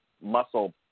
muscle